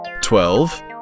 twelve